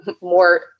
more